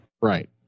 right